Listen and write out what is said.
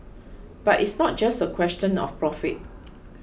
but it's not just a question of profit